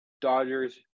Dodgers